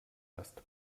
lässt